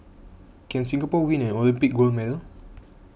can Singapore win an Olympic gold medal